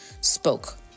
spoke